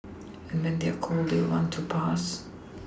and when they are cold they will want to pass